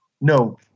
No